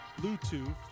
Bluetooth